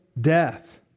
death